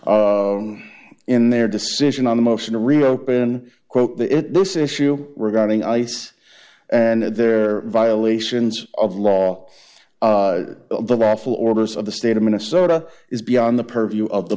the in their decision on a motion to reopen quote the it this issue regarding ice and their violations of law the lawful orders of the state of minnesota is beyond the purview of the